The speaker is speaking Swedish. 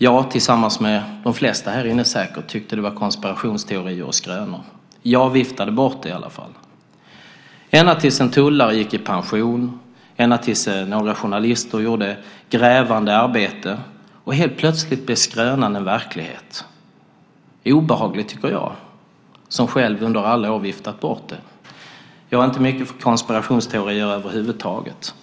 Jag och säkert de flesta här inne tyckte att det var konspirationsteorier och skrönor. Jag viftade bort dem i alla fall, ända tills en tullare gick i pension och ända tills några journalister gjorde ett grävande arbete. Och helt plötsligt blev skrönan en verklighet. Det är obehagligt tycker jag, som själv under alla år har viftat bort detta. Jag är inte mycket för konspirationsteorier över huvud taget.